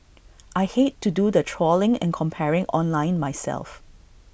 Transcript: I hate to do the trawling and comparing online myself